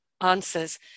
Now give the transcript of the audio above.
answers